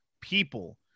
people